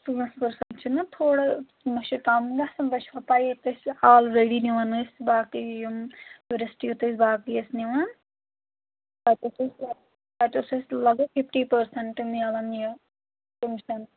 پانٛژھ پٔرسَنٛٹ چھِنا تھوڑا مہ چھِ کَم گژھان تۄہہِ چھُوا پایی أسۍ آلریڈی نِوَان ٲسۍ باقٕے یِم ٹیوٗرِسٹ یُتھ أسۍ باقٕے ٲسۍ نِوَان تَتہِ اوس اَسہِ تَتہِ اوس اَسہِ لگ بگ فِفٹی پٔرسَنٛٹ مِلَن یہِ کَمِشَن